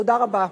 תודה רבה.